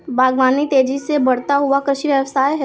बागवानी तेज़ी से बढ़ता हुआ कृषि व्यवसाय है